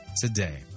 today